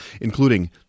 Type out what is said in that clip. including